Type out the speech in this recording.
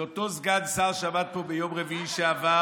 זה אותו סגן שר שעמד פה ביום רביעי שעבר